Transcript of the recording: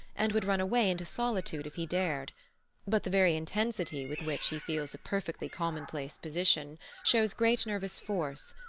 and would run away into solitude if he dared but the very intensity with which he feels a perfectly commonplace position shows great nervous force,